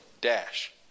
dash